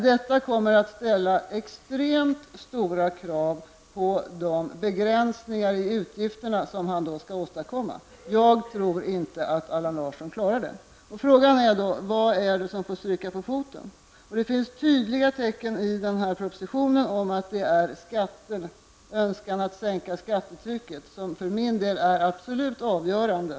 Detta kommer att ställa extremt höga krav på de begränsningar i utgifterna som han då skall åstadkomma. Jag tror inte att Allan Larsson klarar detta. Då är frågan: Vad är det som får stryka på foten? Det finns i den här propositionen tydliga tecken på en önskan att sänka skatterna, något som för min del är helt avgörande.